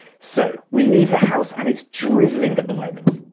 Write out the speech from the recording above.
so we leave the house and it's drizzling at the moment.